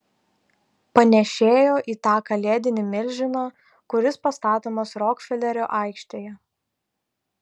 panėšėjo į tą kalėdinį milžiną kuris pastatomas rokfelerio aikštėje